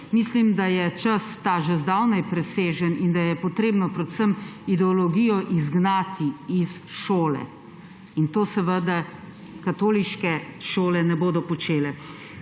Mislim, da je ta čas že zdavnaj presežen in da je potrebno predvsem ideologijo izgnati iz šole. In tega seveda katoliške šole ne bodo počele.